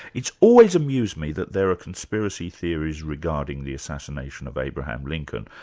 it's always amused me that there are conspiracy theories regarding the assassination of abraham lincoln,